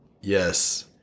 yes